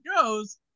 goes